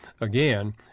Again